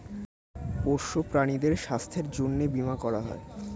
পোষ্য প্রাণীদের স্বাস্থ্যের জন্যে বীমা করা হয়